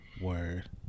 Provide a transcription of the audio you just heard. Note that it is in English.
word